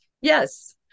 yes